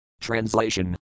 Translation